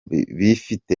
bifite